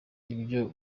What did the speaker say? ibyo